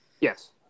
Yes